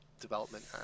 development